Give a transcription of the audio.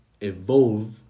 evolve